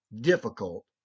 difficult